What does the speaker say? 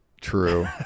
True